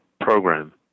program